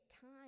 time